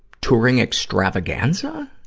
touring extravaganza?